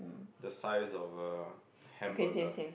the size of a hamburger